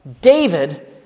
David